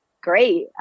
great